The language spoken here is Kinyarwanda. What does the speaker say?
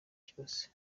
cyose